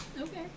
Okay